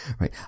right